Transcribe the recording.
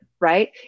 right